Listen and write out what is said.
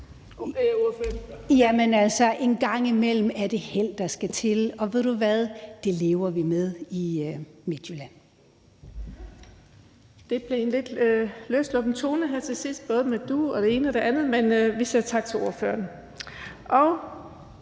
en gang imellem er det held, der skal til, og ved du hvad, det lever vi med i Midtjylland.